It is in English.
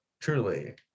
truly